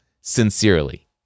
sincerely